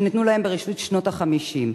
שניתנו להם בראשית שנות ה-50.